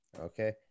Okay